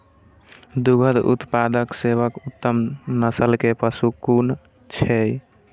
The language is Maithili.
दुग्ध उत्पादक सबसे उत्तम नस्ल के पशु कुन छै?